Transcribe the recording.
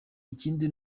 ikindi